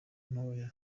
ntoya